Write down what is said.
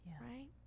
right